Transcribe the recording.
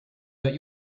that